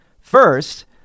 First